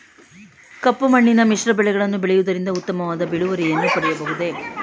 ಕಪ್ಪು ಮಣ್ಣಿನಲ್ಲಿ ಮಿಶ್ರ ಬೆಳೆಗಳನ್ನು ಬೆಳೆಯುವುದರಿಂದ ಉತ್ತಮವಾದ ಇಳುವರಿಯನ್ನು ಪಡೆಯಬಹುದೇ?